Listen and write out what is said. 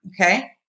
Okay